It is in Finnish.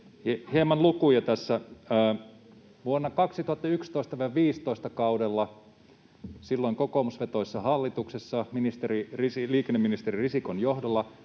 hieman lukuja: 2011—2015 kaudella, silloin kokoomusvetoisessa hallituksessa, liikenneministeri Risikon johdolla